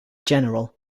general